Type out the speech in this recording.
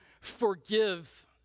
forgive